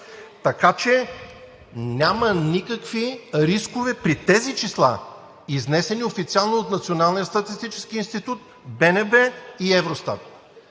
Така че няма никакви рискове при тези числа, изнесени официално от Националния статистически институт, БНБ и Евростат.